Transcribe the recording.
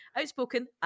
Outspoken